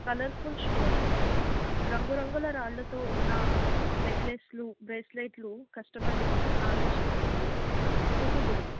colourful stones రంగు రంగుల రాళ్ళతో ఉన్నా నెక్లెస్లు బ్రేస్లైట్లు కస్టమర్స్ని ఆకర్శిస్తాయి కుతుగులు